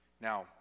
Now